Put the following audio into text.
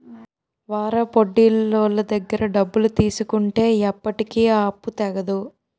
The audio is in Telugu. వారాపొడ్డీలోళ్ళ దగ్గర డబ్బులు తీసుకుంటే ఎప్పటికీ ఆ అప్పు తెగదు